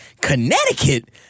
Connecticut